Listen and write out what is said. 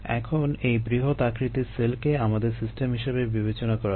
এখন এই বৃহৎ আকৃতির সেলকে আমাদের সিস্টেম হিসেবে বিবেচনা করা যাক